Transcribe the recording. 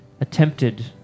attempted